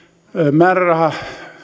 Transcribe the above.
määräraha